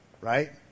right